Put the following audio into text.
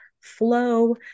flow